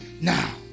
now